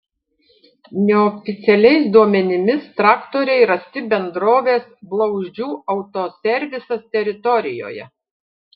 neoficialiais duomenimis traktoriai rasti bendrovės blauzdžių autoservisas teritorijoje